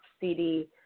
CD